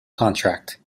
contract